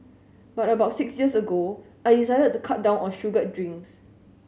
but about six years ago I decided to cut down on sugared drinks